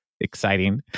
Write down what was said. exciting